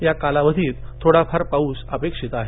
या कालावधीत थोडाफार पाऊस अपेक्षित आहे